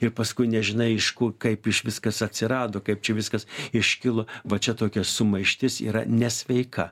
ir paskui nežinai iš kur kaip iš viskas atsirado kaip čia viskas iškilo va čia tokia sumaištis yra nesveika